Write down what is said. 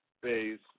phase